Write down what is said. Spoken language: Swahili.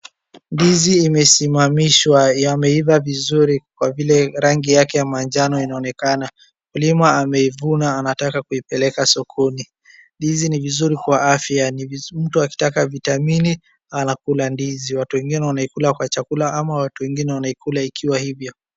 Ndizi imesimamishwa yameiva vizuri kwa vile rangi yake ya majano inaonekana. Mkulima ameivuna anataka kuipeleka sokoni. Ndizi ni vizuri kwa afya. Mtu akitaka vitamini anakula ndizi. Watu wengine wanaikula kwa chakula ama watu wengine wanaikula ikiwa hivyo.